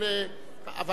אבל,